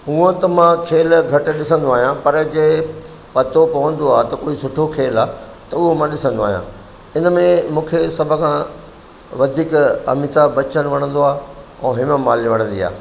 हुअं त मां खेल घटि ॾिसंदो आहियां पर जंहिं पतो पवंदो आहे त कोई सुठो खेल आहे त उहो मां ॾिसंदो आहियां इन में मूंखे सभ खां वधीक अमिताभ बच्चन वणंदो आहे ऐं हेमा मालिनी वणंदी आहे